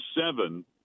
seven